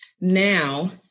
Now